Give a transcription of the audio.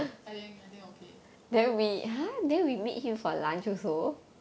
I think I think okay